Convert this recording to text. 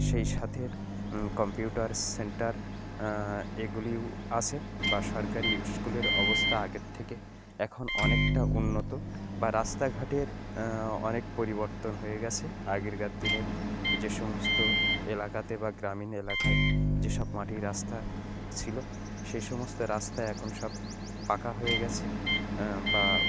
সেই সাথে computer centre এগুলি আছে বা সরকারি স্কুলের অবস্থা আগে থেকে এখন অনেকটা উন্নত বা রাস্তাঘাটের অনেক পরিবর্তন হয়ে গেছে আগেরকার দিনে যে সমস্ত এলাকাতে বা গ্রামীণ এলাকায় যেসব মাটি রাস্তা ছিলো সেই সমস্ত রাস্তায় এখন সব পাকা হয়ে গেছে বা